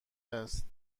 است